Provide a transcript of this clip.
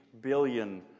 billion